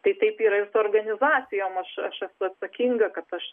tai taip yra ir su organizacijom aš aš esu atsakinga kad aš